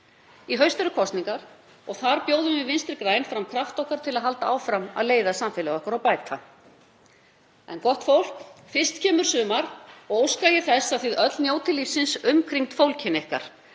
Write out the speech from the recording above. Í haust eru kosningar og þar bjóðum við Vinstri græn fram krafta okkar til að leiða samfélag okkar og bæta. En gott fólk, fyrst kemur sumar og óska ég þess að þið njótið öll lífsins umkringd fólkinu ykkar,